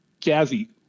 Jazzy